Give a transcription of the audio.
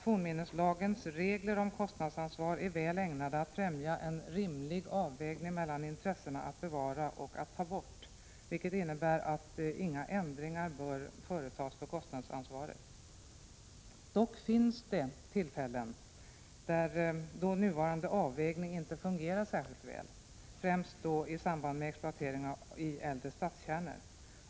Forminneslagens regler om kostnadsansvar är väl ägnade att främja en rimlig avvägning mellan intressena att bevara och ta bort, vilket innebär att inga ändringar bör företas när det gäller kostnadsansvaret. Det finns dock tillfällen då nuvarande avvägning inte fungerar särskilt väl— främst i samband med exploatering av äldre stadskärnor.